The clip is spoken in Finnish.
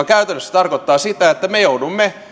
käytännössä tarkoittaa sitä että me joudumme